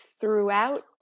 throughout